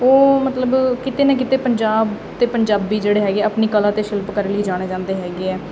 ਉਹ ਮਤਲਬ ਕਿਤੇ ਨਾ ਕਿਤੇ ਪੰਜਾਬ ਅਤੇ ਪੰਜਾਬੀ ਜਿਹੜੇ ਹੈਗੇ ਆਪਣੀ ਕਲਾ ਅਤੇ ਸ਼ਿਲਪਕਰੀ ਲਈ ਜਾਣੇ ਜਾਂਦੇ ਹੈਗੇ ਆ